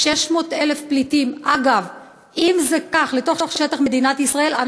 600,000 פליטים לתוך שטח מדינת ישראל.